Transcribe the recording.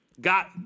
got